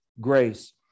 grace